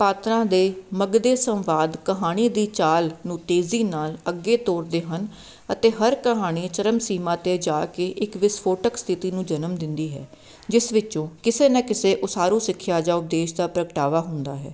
ਪਾਤਰਾਂ ਦੇ ਮਗਦੇ ਸੰਵਾਦ ਕਹਾਣੀ ਦੀ ਚਾਲ ਨੂੰ ਤੇਜ਼ੀ ਨਾਲ ਅੱਗੇ ਤੋਰਦੇ ਹਨ ਅਤੇ ਹਰ ਕਹਾਣੀ ਚਰਮ ਸੀਮਾ 'ਤੇ ਜਾ ਕੇ ਇੱਕ ਵਿਸਫੋਟਕ ਸਥਿਤੀ ਨੂੰ ਜਨਮ ਦਿੰਦੀ ਹੈ ਜਿਸ ਵਿੱਚੋਂ ਕਿਸੇ ਨਾ ਕਿਸੇ ਉਸਾਰੂ ਸਿੱਖਿਆ ਜਾਂ ਉਪਦੇਸ਼ ਦਾ ਪ੍ਰਗਟਾਵਾ ਹੁੰਦਾ ਹੈ